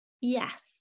Yes